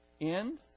end